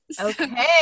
Okay